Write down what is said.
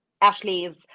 Ashley's